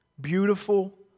beautiful